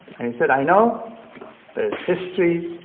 and he said, i know there's history,